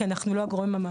כי אנחנו לא הגורם המתאים.